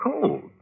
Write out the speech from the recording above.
cold